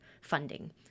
funding